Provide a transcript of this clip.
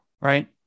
Right